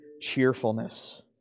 cheerfulness